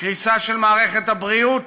קריסה של מערכת הבריאות,